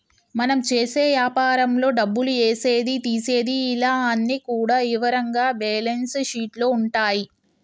మనం చేసే యాపారంలో డబ్బులు ఏసేది తీసేది ఇలా అన్ని కూడా ఇవరంగా బ్యేలన్స్ షీట్ లో ఉంటాయి